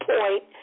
point